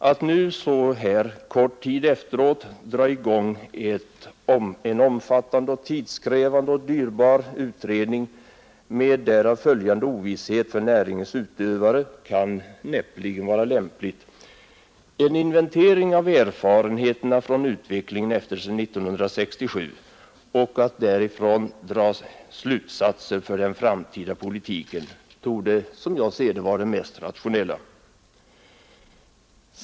Att nu så här kort tid efteråt dra i gång en omfattande, tidskrävande och dyrbar utredning, med därav följande ovisshet för näringens utövare, kan näppeligen vara lämpligt. Att inventera erfarenheterna från utvecklingen efter 1967 och därifrån dra slutsatser för den framtida politiken torde, som jag ser det, vara det mest rationella.